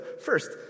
first